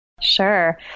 Sure